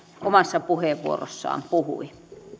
omassa puheenvuorossaan puhui